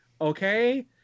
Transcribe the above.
Okay